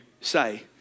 say